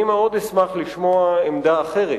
אני מאוד אשמח לשמוע עמדה אחרת.